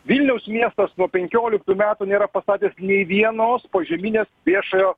vilniaus miestas nuo penkioliktų metų nėra pastatęs nei vienos požeminės viešojo